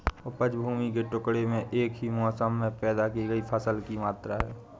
उपज भूमि के टुकड़े में एक ही मौसम में पैदा की गई फसल की मात्रा है